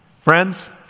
Friends